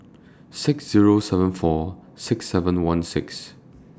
six Zero seven four six seven one six